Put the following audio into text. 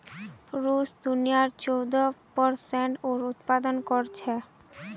रूस दुनियार चौदह प्परसेंट जौर उत्पादन कर छेक